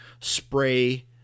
spray